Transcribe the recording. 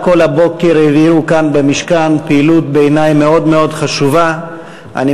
כל הבוקר העבירו כאן במשכן פעילות חשובה מאוד בעיני.